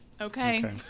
Okay